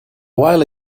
while